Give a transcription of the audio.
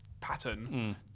pattern